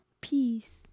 Peace